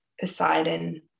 Poseidon